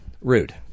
Rude